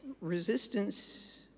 Resistance